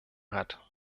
hat